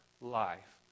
life